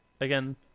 Again